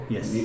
Yes